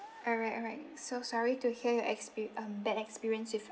alright alright so sorry to hear your expe~ um bad experience with